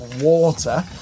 water